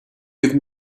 give